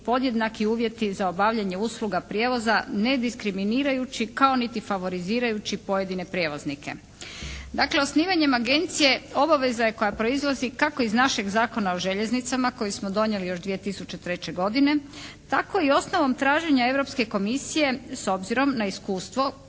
podjednaki uvjeti za obavljanje usluga prijevoza nediskriminirajući kao niti favorizirajući pojedine prijevoznike. Dakle, osnivanjem agencije obaveza je koja proizlazi kako iz našeg Zakona o željeznicama koji smo donijeli još 2003. godine tako i osnovom traženja Europske komisije koja s obzirom na iskustvo